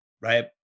right